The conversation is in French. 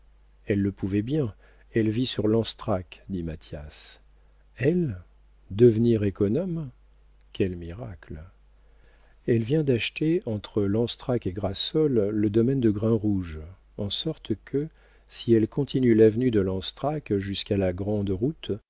elle le pouvait bien elle vit sur lanstrac dit mathias elle devenir économe quel miracle elle vient d'acheter entre lanstrac et grassol le domaine de grainrouge en sorte que si elle continue l'avenue de lanstrac jusqu'à la grande route